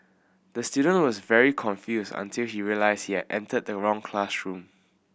the student was very confused until he realised here entered the wrong classroom